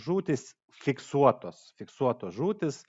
žūtys fiksuotos fiksuotos žūtys